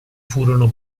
furono